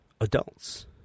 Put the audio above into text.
adults